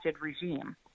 regime